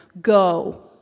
Go